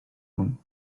own